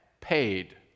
paid